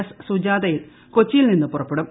S സുജാതയിൽ കൊച്ചിയിൽ നിന്ന് പുറപ്പെടും